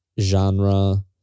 genre